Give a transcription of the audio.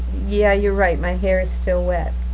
yeah, you're right my hair is still wet.